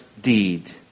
deed